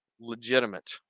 legitimate